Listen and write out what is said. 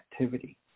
activity